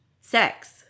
sex